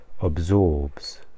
absorbs